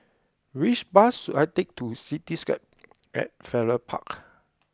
which bus should I take to Cityscape at Farrer Park